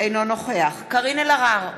אינו נוכח קארין אלהרר,